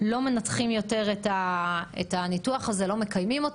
מנתחים יותר את הניתוח הזה ולא מקיימים אותו?